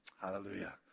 Hallelujah